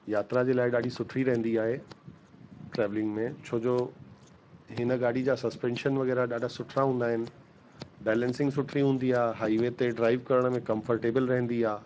यात्रा जे लाइ ॾाढी सुठी रहंदी आहे ट्रैवलिंग में छोजो हिन गाड़ी जा सस्पैंशन वग़ैरह ॾाढा सुठा हूंदा आहिनि बैलेंसिंग सुठी हूंदी आहे हाइवे ते ड्राइव करण में कंफर्टेबल रहंदी आहे